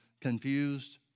confused